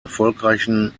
erfolgreichen